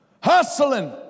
hustling